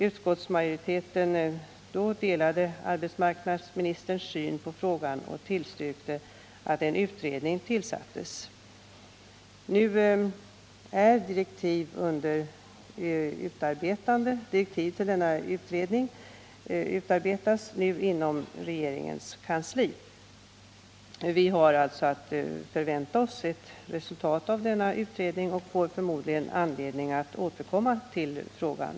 Utskottsmajoriteten delade arbetsmarknadsministerns syn på frågan och tillstyrkte att en utredning tillsattes. Direktiv till denna utredning utarbetas nu inom regeringens kansli. Vi har alltså att förvänta oss resultat av denna utredning och får förmodligen anledning att återkomma till frågan.